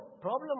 problem